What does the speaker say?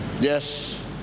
Yes